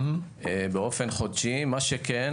מה שכן,